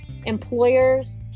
Employers